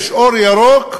יש אור ירוק,